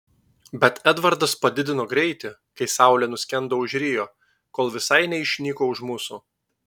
bet edvardas padidino greitį kai saulė nuskendo už rio kol visai neišnyko už mūsų